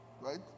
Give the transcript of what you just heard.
Right